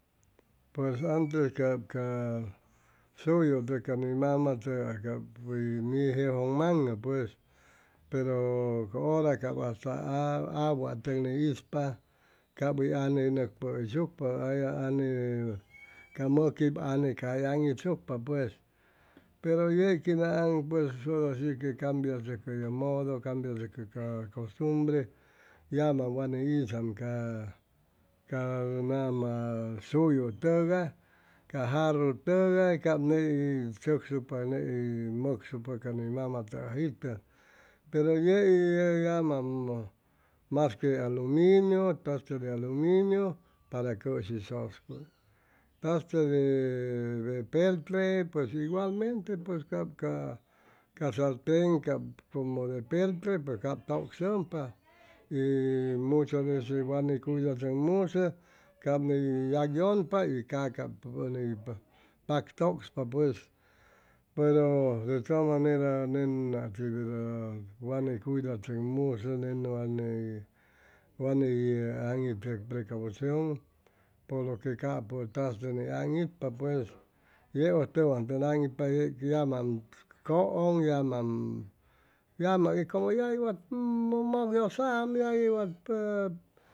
Pues antes cap ca suyu cap can mamatʉgay cap hʉy ni jejʉnmaŋʉ pues pero ca hora cap ca watʉg ni ispa cap anne nʉcpʉgʉyshucpa anne annecap mʉquip anne cay aŋitsucpa pues pero yei quinaaŋ ora shi ue cambiachʉcʉ ye modo camboiachʉcʉ ca costumbre yamam wa ni hizam ca ca nama suyutʉgay ca jarrutʉgay cap ney chʉcsucpa ney hʉy mʉcsucpa ca ni mamatʉgais itʉ pero yei yeg yamam mas que aluminiu taza de aluminiu para cʉshi sʉscuy traste de peltre pues igualmente pues cap ca ca sarten cap como de peltre pues cap tʉksʉmpa y muchas veces wa ni cuidachʉcmusʉ cap ney yagyʉnpa y cap ʉni paktʉkspa pues pero de todas maneras nen nati verda wa ni cuidachʉcmusʉ nen wa ney aŋitʉ precausion por lo que capʉ traste ni aŋitpa pues yeʉj tʉwan y tʉwan tʉn aŋitpa yeg yamam cʉʉn yamam y como yagui at mʉk yʉsam